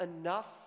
enough